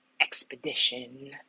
expedition